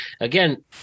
again